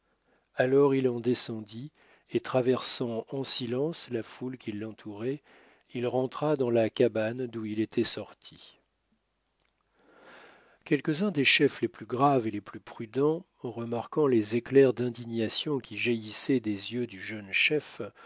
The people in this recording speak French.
alors il en descendit et traversant en silence la foule qui l'entourait il rentra dans la cabane d'où il était sorti quelques-uns des chefs les plus graves et les plus prudents remarquant les éclairs d'indignation qui jaillissaient des yeux du jeune chef